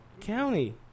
County